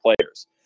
players